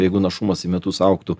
jeigu našumas į metus augtų